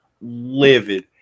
livid